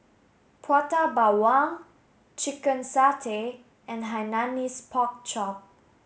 Prata Bawang chicken satay and Hainanese Pork Chop